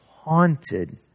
haunted